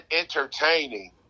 entertaining